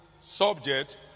subject